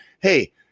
Hey